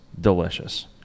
delicious